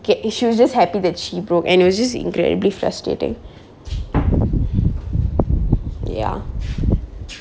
she was just happy that she broke and it was just incredibly frustrating ya